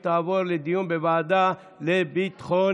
לוועדת ביטחון